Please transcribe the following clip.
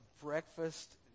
breakfast